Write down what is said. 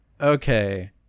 Okay